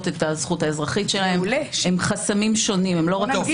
את הזכות האזרחית שלכם לא רק חסמים משפטיים.